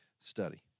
study